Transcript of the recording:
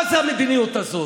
מה זה המדיניות הזאת?